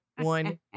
one